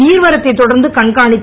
நீர்வரத்தைத் தொடர்ந்து கண்காணித்து